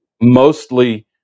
mostly